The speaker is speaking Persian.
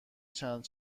چند